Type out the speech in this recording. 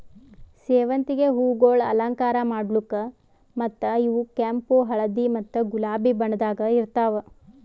ಸೇವಂತಿಗೆ ಹೂವುಗೊಳ್ ಅಲಂಕಾರ ಮಾಡ್ಲುಕ್ ಮತ್ತ ಇವು ಕೆಂಪು, ಹಳದಿ ಮತ್ತ ಗುಲಾಬಿ ಬಣ್ಣದಾಗ್ ಇರ್ತಾವ್